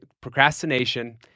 procrastination